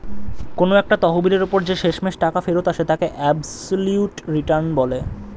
কোন একটা তহবিলের ওপর যে শেষমেষ টাকা ফেরত আসে তাকে অ্যাবসলিউট রিটার্ন বলে